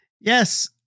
Yes